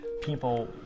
people